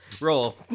Roll